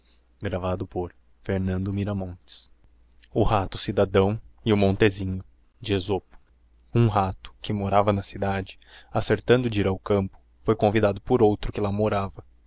animaes o rato cidadão e o montezinho hum ralo que morava na cidade acertando de ir ao campo foi convidado por outro que lá morava